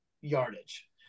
yardage